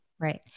Right